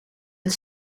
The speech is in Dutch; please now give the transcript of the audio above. het